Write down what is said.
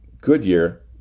Goodyear